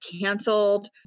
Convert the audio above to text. canceled